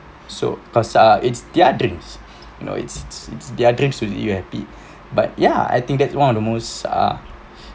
so cause ah it's their dreams you know it's it's it's their dreams to see you happy but ya I think that one of the most ah